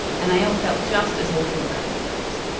and they all felt just as awful about themselves.